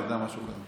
משהו כזה.